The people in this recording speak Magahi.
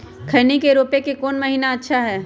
खैनी के रोप के कौन महीना अच्छा है?